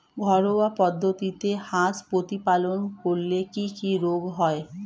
ঘরোয়া পদ্ধতিতে হাঁস প্রতিপালন করলে কি কি রোগ হয়?